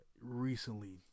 recently